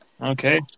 Okay